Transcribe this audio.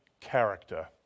character